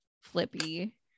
flippy